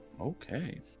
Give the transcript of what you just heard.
okay